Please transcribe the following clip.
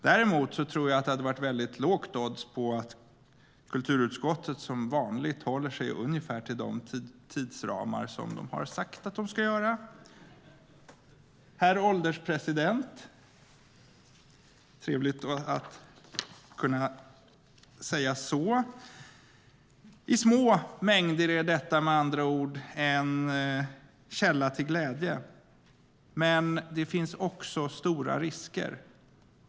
Däremot tror jag att det hade varit ett väldigt lågt odds på att kulturutskottet som vanligt håller sig till ungefär de tidsramar som de har sagt att de ska göra. Herr ålderspresident! Det är trevligt att kunna säga så! I små mängder är detta med andra ord en källa till glädje, men det finns också stora risker.